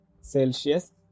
Celsius